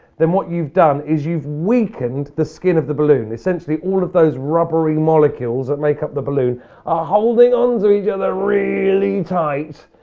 then what you've done is you've weakened the skin of the balloon. essentially, all of those rubbery molecules that make up the balloon are holding on to each other really tight.